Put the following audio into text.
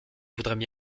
voudraient